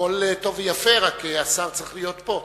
הכול טוב ויפה, רק השר צריך להיות פה.